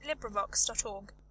LibriVox.org